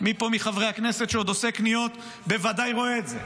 מי פה מחברי הכנסת שעוד עושה קניות בוודאי רואה את זה.